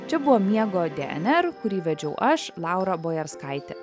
čia buvo miego dnr kurį vedžiau aš laura bojerskaitė